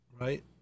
Right